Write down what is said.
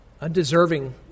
undeserving